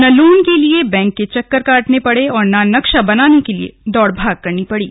ना लोन के लिए बैंक के चक्कर काटने पड़े और ना नक्शा बनाने के लिए दौड़ भाग करनी पड़ी